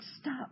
stop